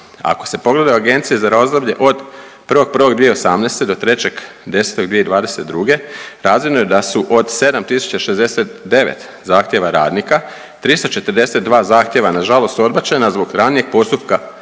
Ako se pogleda agencija za razdoblje od 1.1.2018. do 3.10.2022. razvidno je da su od 7.069 zahtjeva radnika 342 zahtjeva nažalost odbačena zbog ranijeg postupka